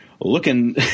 looking